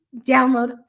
download